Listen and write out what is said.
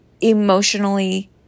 emotionally